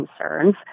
concerns